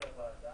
גם לוועדה.